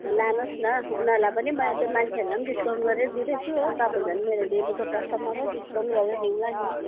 लानु होस् न उनीहरूलाई पनि मैले त्यो मान्छेहरूलाई डिस्काउन्ट गरेर दिँदैछु हो तपाईँ झन् मेरो डेलीको कस्टमर डिस्काउन्ट गरेर दिउँला नि